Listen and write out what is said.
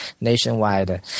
nationwide